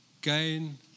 gain